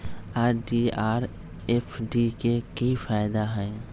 RD आ F D के कि फायदा हई?